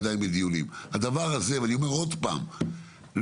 אני אומר עוד פעם,